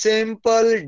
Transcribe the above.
Simple